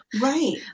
Right